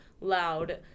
loud